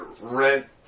rent